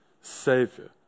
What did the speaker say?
savior